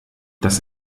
das